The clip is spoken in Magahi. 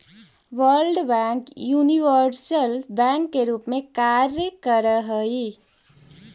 वर्ल्ड बैंक यूनिवर्सल बैंक के रूप में कार्य करऽ हइ